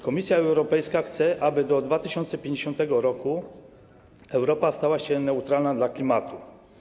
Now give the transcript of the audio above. Komisja Europejska chce, aby do 2050 r. Europa stała się neutralna dla klimatu.